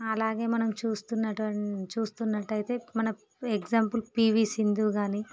అలాగే మనం చూస్తున్నటువంటి చూస్తున్నట్టు అయితే మనకు ఎగ్జాంపుల్ పీవీ సింధు కానీ